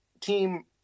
team